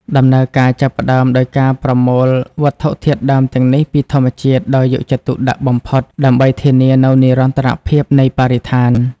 ដំណើរការចាប់ផ្តើមដោយការប្រមូលវត្ថុធាតុដើមទាំងនេះពីធម្មជាតិដោយយកចិត្តទុកដាក់បំផុតដើម្បីធានានូវនិរន្តរភាពនៃបរិស្ថាន។